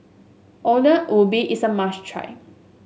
ubi is a must try